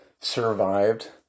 survived